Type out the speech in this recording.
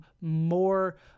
more